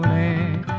a